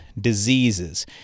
diseases